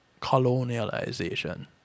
colonialization